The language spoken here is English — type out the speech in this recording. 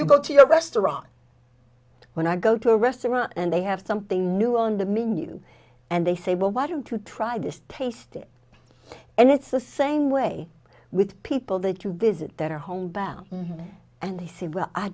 you go to a restaurant when i go to a restaurant and they have something new on the menu and they say well why don't you try just paste it and it's the same way with people that you visit that are home bound and they say well i